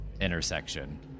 intersection